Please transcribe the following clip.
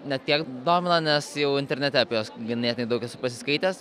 ne tiek domina nes jau internete apie juos ganėtinai daug esu pasiskaitęs